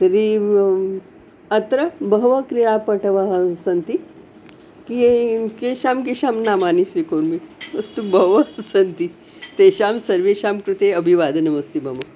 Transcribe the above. तर्हि अत्र बहवः क्रीडापटवः सन्ति किये केषां केषां नामानि स्वीकरोमि अस्तु बहवः सन्ति तेषां सर्वेषां कृते अभिवादनमस्ति मम